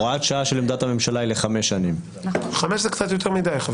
ו לא בסוף אם אתה אתן דוגמה שתמחיש רכב שנשאר ליד הבנק וברח